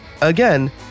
Again